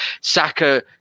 Saka